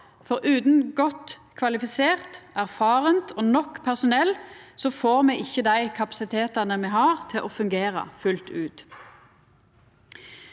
for utan godt kvalifisert, erfarent og nok personell får me ikkje dei kapasitetane me har, til å fungera fullt ut.